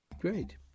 Great